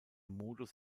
modus